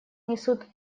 несут